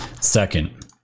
second